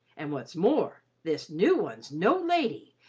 and what's more, this new one's no lady,